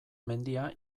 mendia